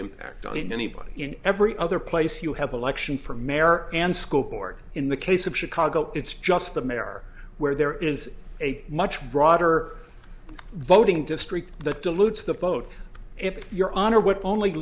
impact on anybody in every other place you have election for mayor and school board in the case of chicago it's just the mayor where there is a much broader voting district that dilutes the boat your honor would only